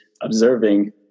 observing